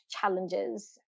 challenges